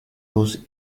dos